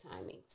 timing